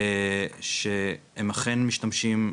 שהם אכן משתמשים,